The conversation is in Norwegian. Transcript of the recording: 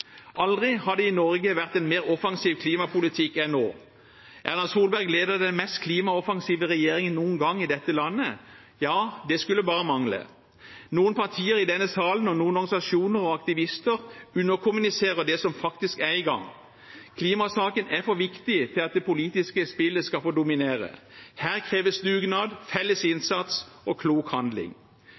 Aldri før har det i Norge vært en mer offensiv klimapolitikk enn nå. Erna Solberg leder den mest klimaoffensive regjeringen noen gang i dette landet. Det skulle bare mangle. Noen partier i denne salen og noen organisasjoner og aktivister underkommuniserer det som faktisk er i gang. Klimasaken er for viktig til at det politiske spillet skal få dominere. Her kreves dugnad, felles innsats og klok handling.